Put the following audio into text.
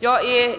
Jag vill